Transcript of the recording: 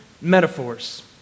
metaphors